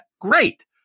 great